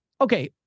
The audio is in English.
okay